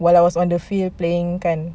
while I was on the filed playing kan